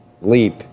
leap